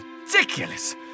ridiculous